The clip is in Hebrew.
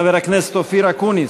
חבר הכנסת אופיר אקוניס,